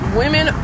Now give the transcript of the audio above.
women